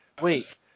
Wait